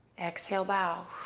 exhale, bow.